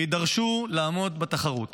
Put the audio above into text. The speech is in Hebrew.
שיידרשו לעמוד בתחרות.